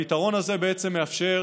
הפתרון הזה בעצם מאפשר